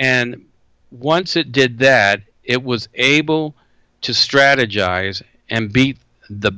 and once it did that it was able to strategize and beat the